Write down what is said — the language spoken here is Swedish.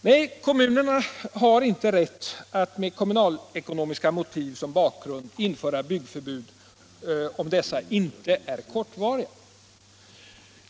Nej, kommunerna har inte rätt att med kommunalekonomiska motiv som bakgrund införa byggförbud om dessa inte är kortvariga.